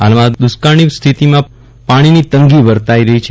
હાવમાં દુકાળની સ્થિતિમાં પાણીની તંગી પ્રવર્તાઈ રહી છે